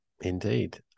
Indeed